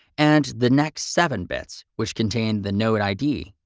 and the next seven bits, which contain the node id.